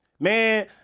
Man